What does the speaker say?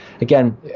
again